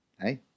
hey